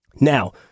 Now